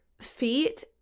feet